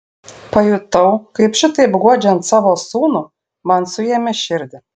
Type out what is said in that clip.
pajutau kaip šitaip guodžiant savo sūnų man suėmė širdį